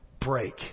break